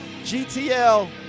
GTL